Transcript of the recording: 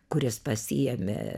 kuris pasiėmė